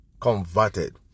converted